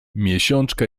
miesiączka